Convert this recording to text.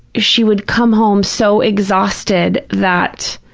she would come home so exhausted that,